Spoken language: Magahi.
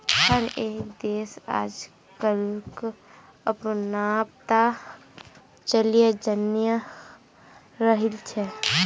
हर एक देश आजकलक अपनाता चलयें जन्य रहिल छे